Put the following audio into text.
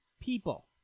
people